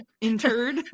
interred